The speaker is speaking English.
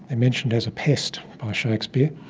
and mentioned as a pest by shakespeare.